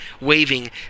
waving